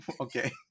Okay